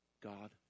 God